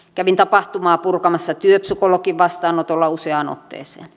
kävin tapahtumaa purkamassa työpsykologin vastaanotolla useaan otteeseen